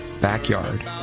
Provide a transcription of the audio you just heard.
backyard